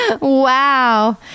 Wow